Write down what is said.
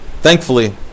Thankfully